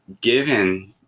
given